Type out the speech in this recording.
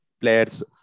players